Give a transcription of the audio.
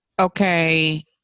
okay